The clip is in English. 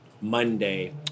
monday